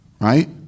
Right